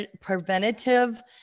preventative